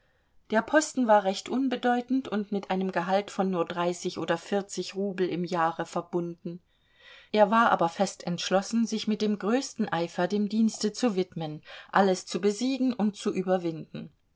der posten war recht unbedeutend und mit einem gehalt von nur dreißig oder vierzig rubel im jahre verbunden er war aber fest entschlossen sich mit dem größten eifer dem dienste zu widmen alles zu besiegen und zu überwinden